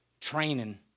training